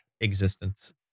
existence